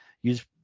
Use